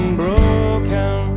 broken